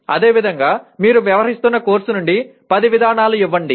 అదేవిధంగా మీరు వ్యవహరిస్తున్న కోర్సు నుండి 10 విధానాలను ఇవ్వండి